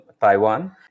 Taiwan